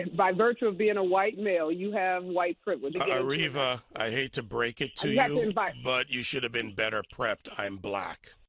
by virtue of being a white male, you have white privilege. areva, i hate to break it to yeah um you, and but you should have been better prepared. i'm black.